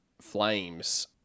flames